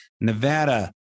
Nevada